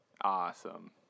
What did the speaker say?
Awesome